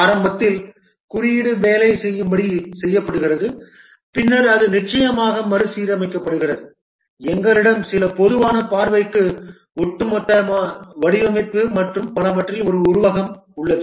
ஆரம்பத்தில் குறியீடு வேலை செய்யும்படி செய்யப்படுகிறது பின்னர் அது நிச்சயமாக மறுசீரமைக்கப்படுகிறது எங்களிடம் சில பொதுவான பார்வை ஒட்டுமொத்த வடிவமைப்பு மற்றும் பலவற்றில் ஒரு உருவகம் உள்ளது